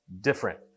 different